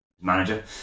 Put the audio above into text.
manager